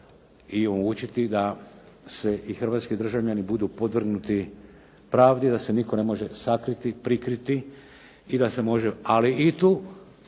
i omogućiti da i hrvatski državljani budu podvrgnuti pravdi, da se nitko ne može sakriti, prikriti i da se može. Ali i tu,